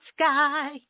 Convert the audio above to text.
sky